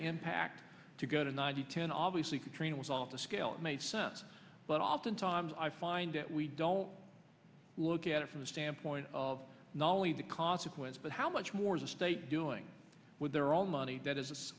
impact to go to ninety ten obviously katrina was off the scale makes sense but oftentimes i find that we don't look at it from the standpoint of not only the consequence but how much more the state doing with their own money that is